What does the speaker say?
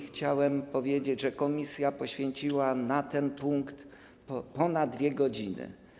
Chciałem powiedzieć, że komisja poświęciła na ten punkt ponad 2 godziny.